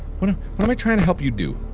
what am what am i trying to help you do?